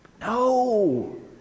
No